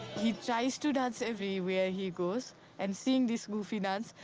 he tries to dance everywhere he goes and seeing this goofy dance,